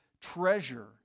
treasure